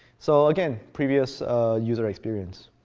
so again, previous user experience.